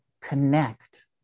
connect